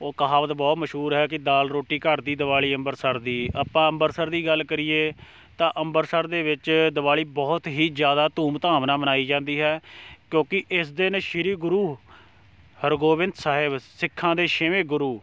ਉਹ ਕਹਾਵਤ ਬਹੁਤ ਮਸ਼ਹੂਰ ਹੈ ਕਿ ਦਾਲ ਰੋਟੀ ਘਰ ਦੀ ਦਿਵਾਲੀ ਅੰਬਰਸਰ ਦੀ ਆਪਾਂ ਅੰਬਰਸਰ ਦੀ ਗੱਲ ਕਰੀਏ ਤਾਂ ਅੰਬਰਸਰ ਦੇ ਵਿੱਚ ਦਿਵਾਲੀ ਬਹੁਤ ਹੀ ਜ਼ਿਆਦਾ ਧੂਮਧਾਮ ਨਾਲ ਮਨਾਈ ਜਾਂਦੀ ਹੈ ਕਿਉਂਕਿ ਇਸ ਦਿਨ ਸ਼੍ਰੀ ਗੁਰੂ ਹਰਿਗੋਬਿੰਦ ਸਾਹਿਬ ਸਿੱਖਾਂ ਦੇ ਛੇਵੇਂ ਗੁਰੂ